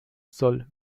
soll